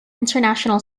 international